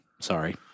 Sorry